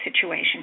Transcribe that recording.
situation